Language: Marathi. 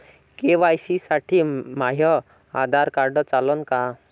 के.वाय.सी साठी माह्य आधार कार्ड चालन का?